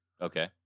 Okay